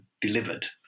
delivered